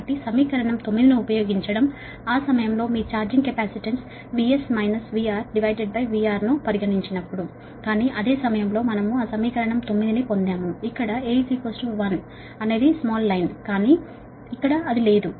కాబట్టి సమీకరణం 9 ను ఉపయోగించడం ద్వారా ఆ సమయంలో మీ ఛార్జింగ్ కెపాసిటెన్స్ VS VRVR ను పరిగణించనప్పుడు కానీ అదే సమయంలో మనము ఆ సమీకరణం 9 ను పొందాము ఇక్కడ A 1 అనే షార్ట్ లైన్ కి కానీ ఇక్కడ అది లేదు